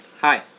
hi